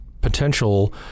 potential